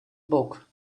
book